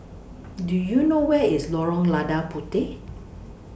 Do YOU know Where IS Lorong Lada Puteh